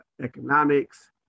economics